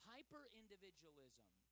Hyper-individualism